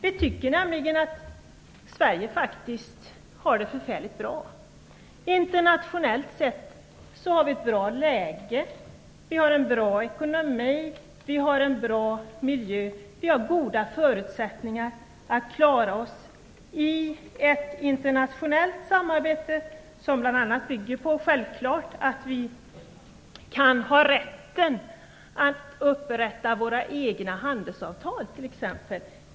Vi tycker nämligen att Sverige faktiskt har det förfärligt bra. Internationellt sett har vi ett bra läge. Vi har en bra ekonomi. Vi har en bra miljö. Vi har goda förutsättningar att klara oss i ett internationellt samarbete som bl.a. självfallet bygger på att vi kan ha rätten att upprätta våra egna handelsavtal.